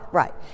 right